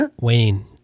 Wayne